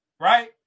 right